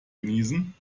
genießen